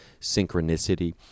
synchronicity